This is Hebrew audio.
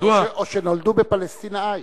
או שנולדו בפלשתינה-א"י.